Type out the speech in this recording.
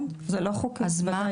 כן, זה לא חוקי, בוודאי.